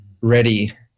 ready